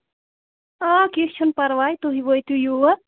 آ کیٚنٛہہ چھُنہٕ پرواے تُہۍ وٲتِو یور